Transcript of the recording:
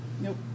Nope